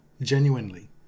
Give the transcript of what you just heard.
genuinely